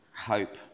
hope